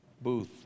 Booth